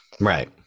Right